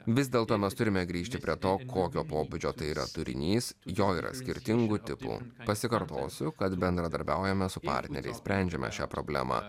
vis dėl to mes turime grįžti prie to kokio pobūdžio tai yra turinys jo yra skirtingų tipų pasikartosiu kad bendradarbiaujame su partneriais sprendžiame šią problemą